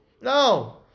No